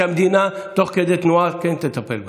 שהמדינה תוך כדי תנועה כן תטפל בהם.